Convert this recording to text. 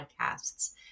podcasts